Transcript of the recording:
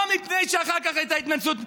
לא מפני שאחר כך הייתה התנצלות,